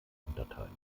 unterteilen